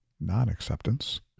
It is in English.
non-acceptance